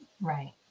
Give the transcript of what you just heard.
Right